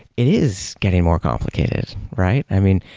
it is getting more complicated, right? i mean,